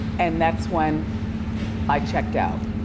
and that's when i checked out.